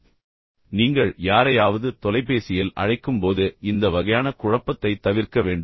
எனவே நீங்கள் யாரையாவது தொலைபேசியில் அழைக்கும்போது இந்த வகையான குழப்பத்தைத் தவிர்க்க வேண்டும்